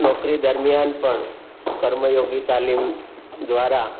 નોકરી દરમિયાન પણ કર્મયોગી તાલીમ દ્વારા